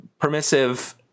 permissive